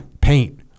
paint